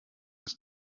ist